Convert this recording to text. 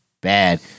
bad